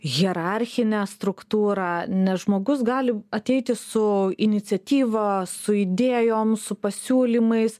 hierarchinę struktūrą nes žmogus gali ateiti su iniciatyva su idėjom su pasiūlymais